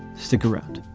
stick around